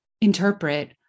interpret